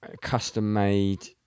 custom-made